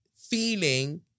feeling